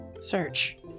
Search